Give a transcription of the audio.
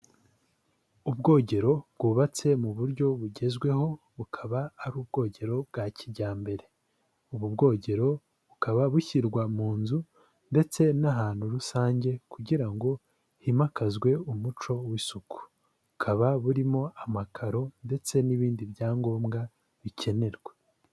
Ubwogero bwubatse mu buryo bugezweho, bukaba ari ubwogero bwa kijyambere, ubu bwogero bukaba bushyirwa mu nzu ndetse n'ahantu rusange kugira ngo himakazwe umuco w'isuku, bukaba burimo amakaro ndetse n'ibindi byangombwa bikenerwa.